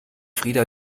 frida